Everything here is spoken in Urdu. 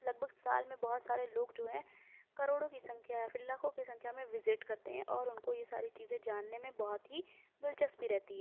لگ بھگ سال میں بہت سارے لوگ جو ہیں کروڑوں کی سنکھیا ہے پھر لاکھوں کی سنکھیا میں وزٹ کرتے ہیں اور ان کو یہ ساری چیزیں جاننے میں بہت ہی دلچسپی رہتی